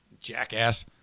jackass